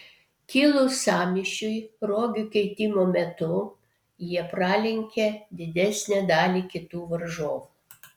kilus sąmyšiui rogių keitimo metu jie pralenkė didesnę dalį kitų varžovų